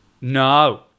No